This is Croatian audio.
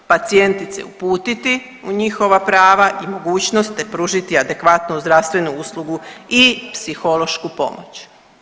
Pacijentice uputiti u njihova prava i mogućnost, te pružiti adekvatnu zdravstvenu uslugu i psihološku pomoć.